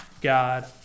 God